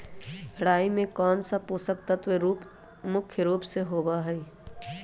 राई में कौन सा पौषक तत्व मुख्य रुप से होबा हई?